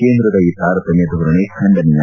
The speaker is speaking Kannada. ಕೇಂದ್ರದ ಈ ತಾರತಮ್ಯ ಧೋರಣೆ ಖಂಡನೀಯ